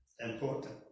important